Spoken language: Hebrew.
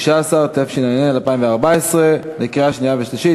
התשע"ה 2014, לקריאה שנייה ושלישית.